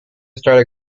start